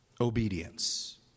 obedience